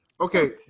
okay